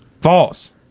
False